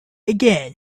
again